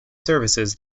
services